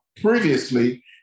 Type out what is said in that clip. Previously